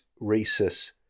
Rhesus